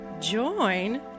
Join